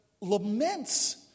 laments